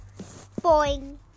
Boing